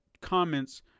comments